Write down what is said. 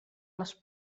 les